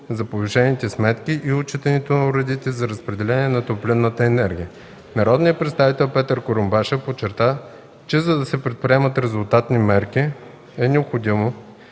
за повишените сметки и отчитането на уредите за разпределение на топлинната енергия. Народният представител Петър Курумбашев подчерта, че за да се предприемат резултатни мерки, е необходимо